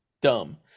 dumb